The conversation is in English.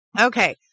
okay